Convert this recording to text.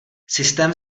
systém